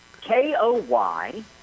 K-O-Y